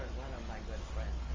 my good friends.